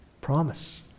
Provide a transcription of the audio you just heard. Promise